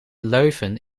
leuven